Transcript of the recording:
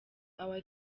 our